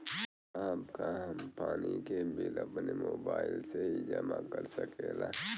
साहब का हम पानी के बिल अपने मोबाइल से ही जमा कर सकेला?